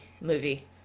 movie